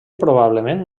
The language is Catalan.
probablement